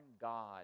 God